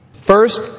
First